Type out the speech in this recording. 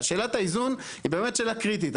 שאלת האיזון היא באמת שאלה קריטית.